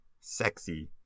sexy